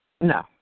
No